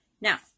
now